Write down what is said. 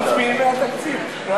אתה